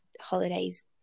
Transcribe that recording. holidays